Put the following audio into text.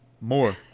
more